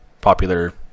popular